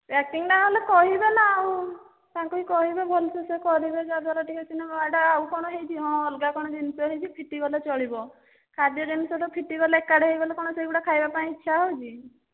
packing ନହେଲେ କହିବେ ନା ଆଉ ତାଙ୍କୁ ହିଁ କହିବେ ଭଲ ସେ ସେ କରିବେ ଯାଦ୍ଵାରା ଟିକେ ସିନା ହାଁ ଏଟା ଆଉ କଣ ହୋଇଛି ହଁ ଅଲଗା କଣ ଜିନିଷ ହୋଇଛି ଫିଟିଗଲେ ଚଳିବ ଖାଦ୍ୟ ଜିନିଷ ତ ଫିଟିଗଲେ ଏକାଠି ହୋଇଗଲେ କଣ ସେହିଗୁଡ଼ା ଖାଇବା ପାଇଁ ଇଚ୍ଛା ହେଉଛି